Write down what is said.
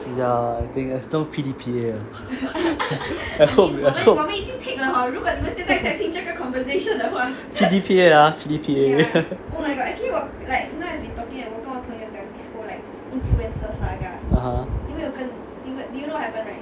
ya I think there's no P_D_P_A I hope I hope P_D_P_A P_D_P_A (uh huh)